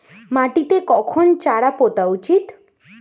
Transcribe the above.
মাটিতে কখন চারা পোতা উচিৎ?